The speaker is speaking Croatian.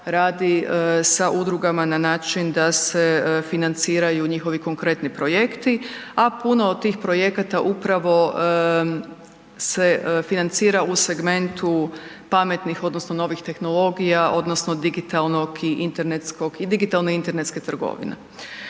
radi sa udrugama na način da se financiraju njihovi konkretni projekti, a puno od tih projekata upravo se financira u segmentu pametnih odnosno novih tehnologija odnosno digitalnog i internetskog, i